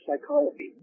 psychology